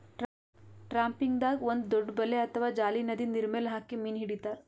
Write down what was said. ಟ್ರಾಪಿಂಗ್ದಾಗ್ ಒಂದ್ ದೊಡ್ಡ್ ಬಲೆ ಅಥವಾ ಜಾಲಿ ನದಿ ನೀರ್ಮೆಲ್ ಹಾಕಿ ಮೀನ್ ಹಿಡಿತಾರ್